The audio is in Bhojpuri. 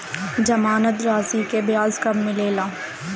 जमानद राशी के ब्याज कब मिले ला?